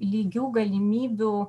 lygių galimybių